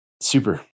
super